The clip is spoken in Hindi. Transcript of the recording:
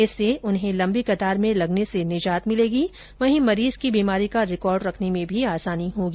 इससे उसे लम्बी कतार में लगने से निजात मिलेगी वहीं मरीज की बीमारी का रिकॉर्ड रखने में भी आसानी होगी